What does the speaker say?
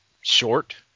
short